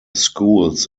schools